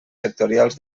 sectorials